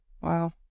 Wow